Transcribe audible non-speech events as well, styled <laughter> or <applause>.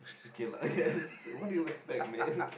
okay lah <laughs> yes who did you expect man